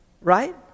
Right